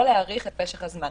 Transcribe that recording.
לא להאריך את משך הזמן.